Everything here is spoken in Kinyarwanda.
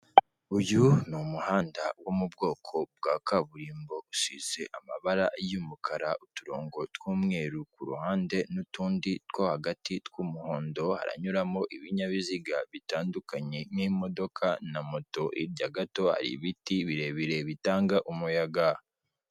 Uyu ni umuhanda wo mu bwoko bwa kaburimbo, usize amabara y'umukara, uturongo tw'umweru ku ruhande n'utundi two hagati tw'umuhondo, haranyuramo ibinyabiziga bitandukanye nk'imodoka na moto, hirya gato hari ibiti birebire bitanga umuyaga.